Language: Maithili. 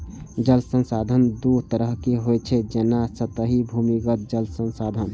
जल संसाधन दू तरहक होइ छै, जेना सतही आ भूमिगत जल संसाधन